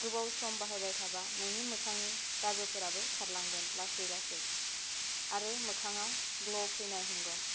गोबाव सम बाहायबाय थाब्ला नोंनि मोखांनि दागोफोराबो खारलांगोन लासै लासै आरो मोखांआव ग्ल' फैनो हमगोन